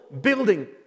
building